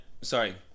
sorry